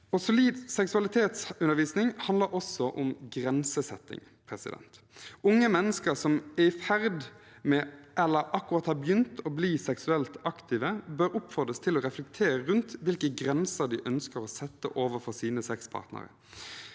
Solid seksualitetsundervisning handler også om grensesetting. Unge mennesker som er i ferd med eller akkurat har begynt å bli seksuelt aktive, bør oppfordres til å reflekte re rundt hvilke grenser de ønsker å sette overfor sine sexpartnere.